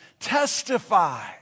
testify